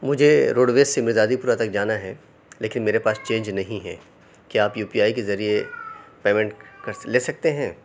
مجھے roadways سے Mirza Hadipura تک جانا ہے لیکن میرے پاس چینج نہیں ہے کیا آپ یو پی آئی کے ذریعہ پیمنٹ کر لے سکتے ہیں